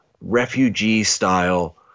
refugee-style